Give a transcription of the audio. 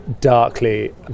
darkly